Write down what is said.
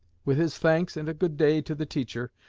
with his thanks and a good-day to the teacher,